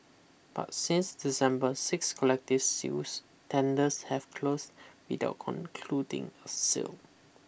but since December six collective sales tenders have closed without concluding a sale